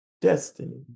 Destiny